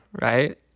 right